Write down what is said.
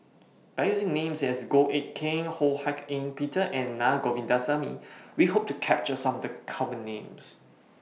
By using Names such as Goh Eck Kheng Ho Hak Ean Peter and Naa Govindasamy We Hope to capture Some of The Common Names